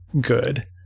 good